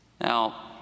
Now